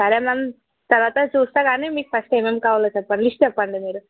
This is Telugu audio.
సరే మ్యామ్ తర్వాత చూస్తా గానీ మీకు ఫస్ట్ ఏమేం కావాలో చెప్పండి లిస్ట్ చెప్పండి మీరు